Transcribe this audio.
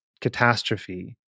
catastrophe